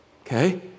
Okay